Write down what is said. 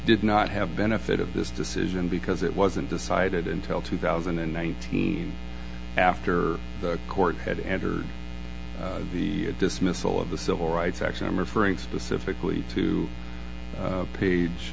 did not have benefit of this decision because it wasn't decided until two thousand and nineteen after the court had entered the dismissal of the civil rights act and i'm referring specifically to page